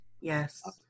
Yes